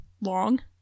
long